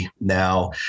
now